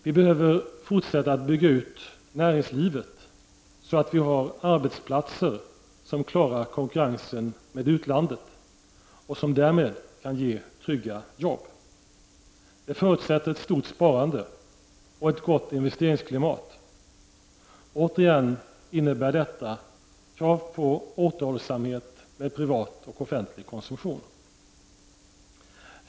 Vi behöver fortsätta att bygga ut näringslivet, så att vi har arbetsplatser som klarar konkurrensen med utlandet och som därmed kan ge trygga jobb. Det förutsätter ett stort sparande — och ett gott investeringsklimat. Återigen innebär det krav på återhållsamhet med privat och offentlig konsumtion.